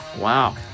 Wow